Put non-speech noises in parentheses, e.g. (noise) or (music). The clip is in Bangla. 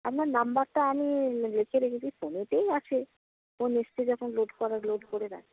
আপনার নাম্বারটা আমি লিখে রেখেছি ফোনেতেই আছে ফোন এসেছে যখন লোড করা লোড করে (unintelligible)